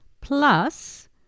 plus